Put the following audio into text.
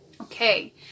Okay